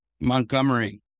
Montgomery